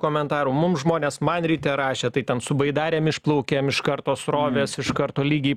komentarų mums žmonės man ryte rašė tai ten su baidarėm išplaukėm iš karto srovės iš karto lygiai